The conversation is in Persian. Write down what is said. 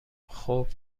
خوب